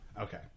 Okay